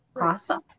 Awesome